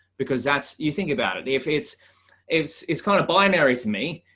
because that's you think about it if it's it's it's kind of binary to me.